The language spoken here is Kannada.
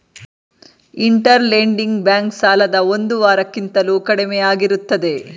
ಇಂಟರ್ ಲೆಂಡಿಂಗ್ ಬ್ಯಾಂಕ್ ಸಾಲದ ಒಂದು ವಾರ ಕಿಂತಲೂ ಕಡಿಮೆಯಾಗಿರುತ್ತದೆ